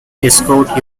escort